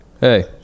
Hey